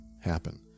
happen